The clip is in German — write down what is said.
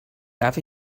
darf